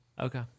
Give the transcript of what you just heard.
Okay